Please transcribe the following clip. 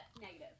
negative